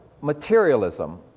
materialism